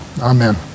Amen